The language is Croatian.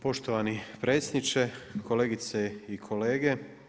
Poštovani predsjedniče, kolegice i kolege.